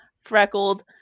freckled